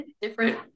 different